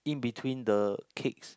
in between the cakes